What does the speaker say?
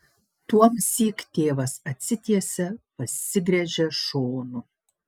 tuomsyk tėvas atsitiesia pasigręžia šonu